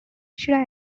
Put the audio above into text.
should